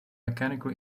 mechanical